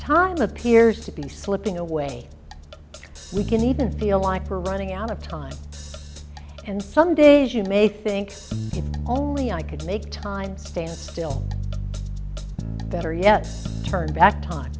time appears to be slipping away we can even feel like we're running out of time and some days you may think if only i could make time stand still better yet turn back time